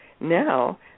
now